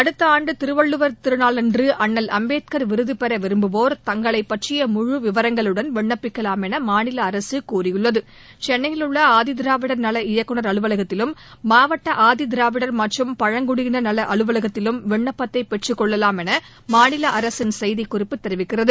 அடுத்த ஆண்டு திருவள்ளுவர் திருநாளன்று அண்ணல் அம்பேத்கர் விருது பெற விரும்புவோர் தங்களை பற்றிய முழு விவரங்களுடன் விண்ணப்பிக்கலாம் என மாநில அரசு தெரிவித்துள்ளது சென்னையில் உள்ள ஆதிதிராவிடர் நல இயக்குனர் அலுவலகத்திலும் மாவட்ட ஆதிதிராவிடர் மற்றும் பழங்குடியினர் நல அலுவலகத்திலும் விண்ணப்பத்தை பெற்றுக்கொள்ளலாம் என மாநில அரசின் செய்திக்குறிப்பு தெரிவிக்கிறது